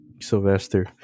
Sylvester